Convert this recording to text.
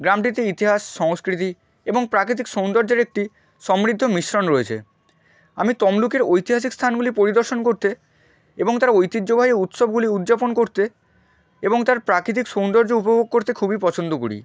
গ্রামটিতে ইতিহাস সংস্কৃতি এবং প্রাকৃতিক সৌন্দর্যের একটি সমৃদ্ধ মিশ্রণ রয়েছে আমি তমলুকের ঐতিহাসিক স্থানগুলি পরিদর্শন করতে এবং তার ঐতিহ্যবাহী উৎসবগুলি উদযাপন করতে এবং তার প্রাকৃতিক সৌন্দর্য উপভোগ করতে খুবই পছন্দ করি